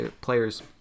players